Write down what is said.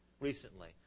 recently